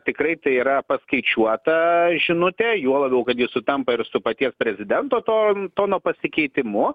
tikrai tai yra paskaičiuota žinutė juo labiau kad ji sutampa ir su paties prezidento to tono pasikeitimu